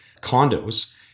condos